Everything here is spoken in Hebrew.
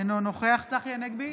אינו נוכח צחי הנגבי,